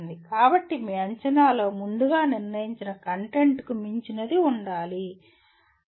కాబట్టి మీ అంచనాలో ముందుగా నిర్ణయించిన కంటెంట్కు మించినది ఉండాలి